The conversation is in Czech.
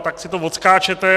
Tak si to odskáčete.